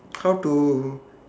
how to